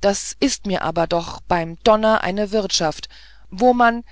das ist mir aber doch beim donner eine wirtschaft wo man